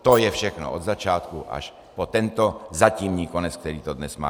To je všechno od začátku až po tento zatímní konec, který to dnes má.